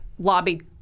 lobby